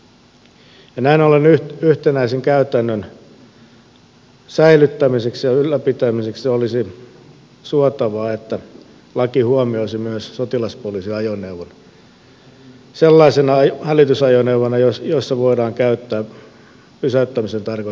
näin ollen yhtenäisen käytännön säilyttämiseksi ja ylläpitämiseksi olisi suotavaa että laki huomioisi myös sotilaspoliisiajoneuvot sellaisena hälytysajoneuvona jossa voidaan käyttää pysäyttämiseen tarkoitettua punaista valaisinta